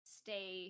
stay